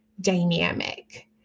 dynamic